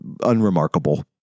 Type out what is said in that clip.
unremarkable